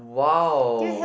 !wow!